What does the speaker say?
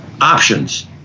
options